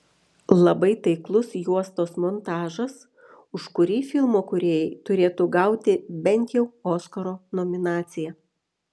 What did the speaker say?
labai taiklus juostos montažas už kurį filmo kūrėjai turėtų gauti bent jau oskaro nominaciją